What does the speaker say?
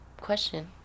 question